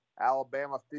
Alabama